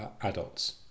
adults